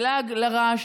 זה לעג לרש.